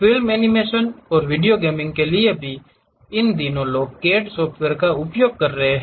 film animation और video game के लिए भी इन दिनों लोग CAD सॉफ्टवेयर का उपयोग कर रहे हैं